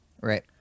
Right